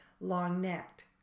long-necked